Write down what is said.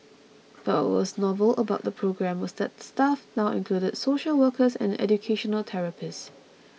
but what was novel about the programme was that the staff now included social workers and educational therapists